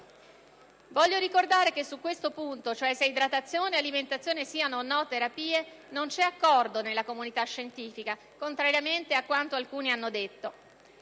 Voglio ricordare che su questo punto, cioè se idratazione e alimentazione siano o no terapie, non c'è accordo nella comunità scientifica, contrariamente a quanto alcuni hanno detto.